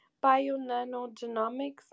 bio-nanogenomics